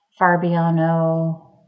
Farbiano